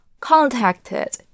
contacted